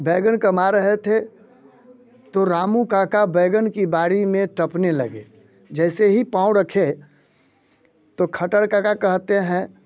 बैगन कमा रहे थे तो रामू काका बैगन की बारी में टपने लगे जैसे ही पांव रखे तो खटर काका कहते हैं